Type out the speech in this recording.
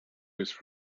his